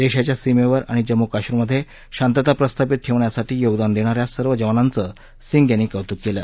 देशाच्या सीमेवर आणि जम्म् कश्मीरमधे शांतता प्रस्थापित ठेवण्यासाठी योगदान देणा या सर्व जवानांचं सिंग यांनी कौत्क केलं